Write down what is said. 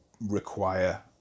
require